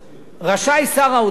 רשאי שר האוצר